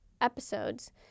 episodes